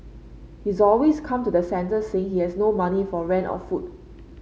he always comes to the centre saying he has no money for rent or food